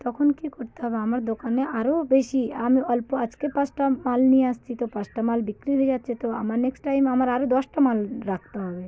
তখন কী করতে হবে আমার দোকানে আরও বেশি আমি অল্প আজকে পাঁচটা মাল নিয়ে আসছি তো পাঁচটা মাল বিক্রি হয়ে যাচ্ছে তো আমার নেক্সট টাইম আমার আরও দশটা মাল রাখতে হবে